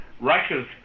Russia's